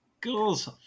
Girls